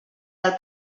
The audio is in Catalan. del